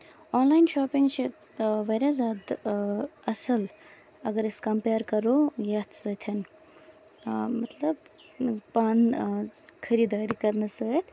آن line shopping چھِ واریاہ زیادٕ اَصٕل اَگر أسۍ کَمپِیر کَرو یَتھ سۭتۍ مطلب پانہِ خٔریدٲری کرنہٕ سۭتۍ